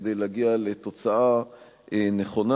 כדי להגיע לתוצאה נכונה.